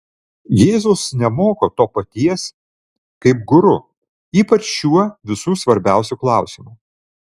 jėzus nemoko to paties kaip guru ypač šiuo visų svarbiausiu klausimu